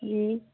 जी